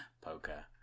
Poker